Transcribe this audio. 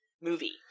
movie